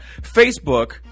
Facebook